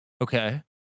Okay